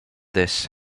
this